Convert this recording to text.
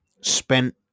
spent